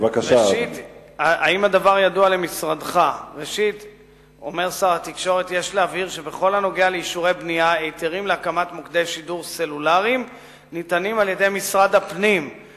חבר הכנסת יריב לוין שאל את שר התקשורת ביום י"ז באדר התש"ע (3 במרס